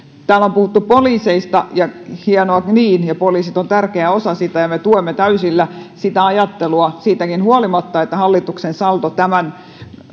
täällä on puhuttu poliiseista hienoa niin ja poliisit ovat tärkeä osa sitä ja me tuemme täysillä sitä ajattelua siitäkin huolimatta että hallituksen saldo tämän